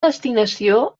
destinació